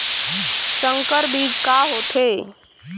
संकर बीज का होथे?